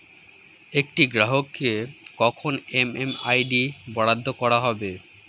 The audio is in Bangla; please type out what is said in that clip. একটি গ্রাহককে কখন এম.এম.আই.ডি বরাদ্দ করা হবে?